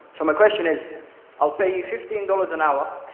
so my question is i'll pay you fifteen dollars an hour,